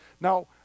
Now